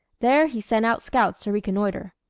there he sent out scouts to reconnoitre.